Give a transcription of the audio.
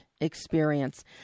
experience